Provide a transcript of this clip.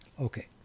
Okay